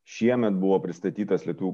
šiemet buvo pristatytas lietuvių